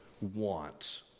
want